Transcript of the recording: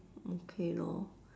okay lor